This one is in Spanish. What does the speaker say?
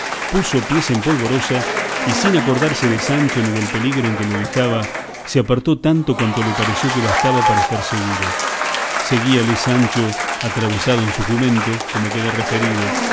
puso pies en polvorosa y sin acordarse de sancho ni del peligro en que le dejaba se apartó tanto cuanto le pareció que bastaba para estar seguro seguíale sancho atravesado en su jumento como queda referido